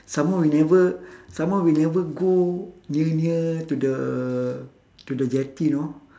some more we never some more we never go near near to the to the jetty you know